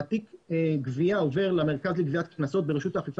תיק הגבייה עובר למרכז לגביית קנסות ברשות האכיפה